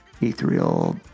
ethereal